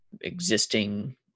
existing